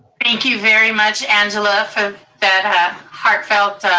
thank you very much angela for that heartfelt